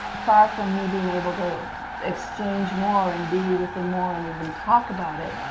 far from me being able to exchange more and be with him more and even talk about it,